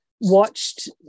watched